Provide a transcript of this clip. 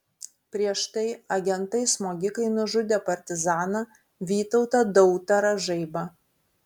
prieš tai agentai smogikai nužudė partizaną vytautą dautarą žaibą